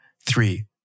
Three